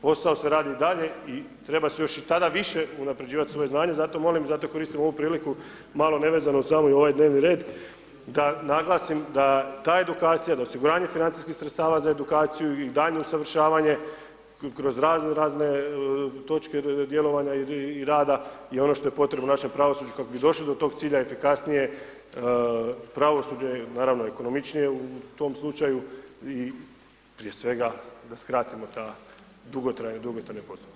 Posao se radi i dalje i treba se još i tada više unaprjeđivati svoje znanje zato molim, zato koristimo ovu priliku malo nevezano za ovaj dnevni red da naglasim da ta edukacija, da osiguranje financijskih sredstava za edukaciju i daljnje usavršavanje kroz raznorazne točke djelovanja i rada je ono što je potrebno našem pravosuđu kako bi došli do tog cilja, efikasnije pravosuđe i naravno ekonomičnije u tom slučaju i prije svega da skratimo te dugotrajne, dugotrajne postupke.